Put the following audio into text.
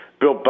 Bill